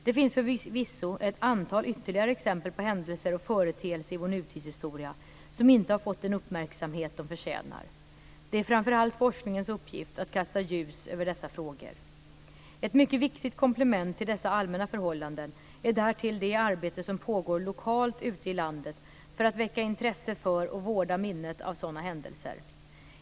Det finns förvisso ett antal ytterligare exempel på händelser och företeelser i vår nutidshistoria som inte har fått den uppmärksamhet de förtjänar. Det är framför allt forskningens uppgift att kasta ljus över dessa frågor. Ett mycket viktigt komplement till dessa allmänna förhållanden är därtill det arbete som pågår lokalt ute i landet för att väcka intresse för och vårda minnet av sådana händelser.